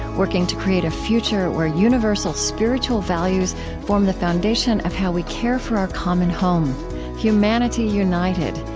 working to create a future where universal spiritual values form the foundation of how we care for our common home humanity united,